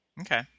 Okay